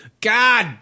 God